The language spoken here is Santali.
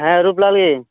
ᱦᱮᱸ ᱨᱩᱯᱞᱟᱞ ᱤᱧ